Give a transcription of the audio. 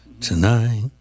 tonight